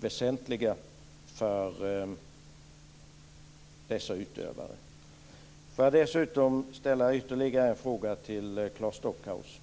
väsentliga för dessa utövare. Får jag dessutom ställa ytterligare en fråga till Claes Stockhaus.